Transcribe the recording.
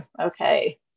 Okay